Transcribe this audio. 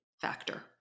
Factor